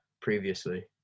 previously